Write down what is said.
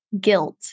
guilt